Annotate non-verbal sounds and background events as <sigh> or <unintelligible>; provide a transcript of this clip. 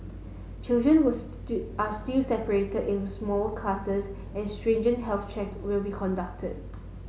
children was <unintelligible> are still separated into smaller classes and stringent health check will be conducted